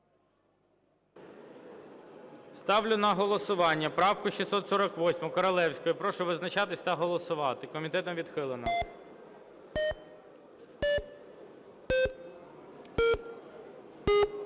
Ставлю на голосування правку 648 Королевської. Прошу визначатися та голосувати. Комітетом відхилена.